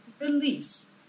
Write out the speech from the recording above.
release